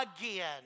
again